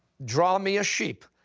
draw me a sheep.